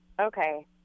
Okay